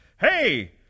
hey